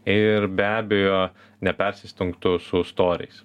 ir be abejo nepersistengtų su storiais